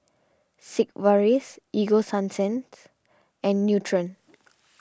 Sigvaris Ego Sunsense and Nutren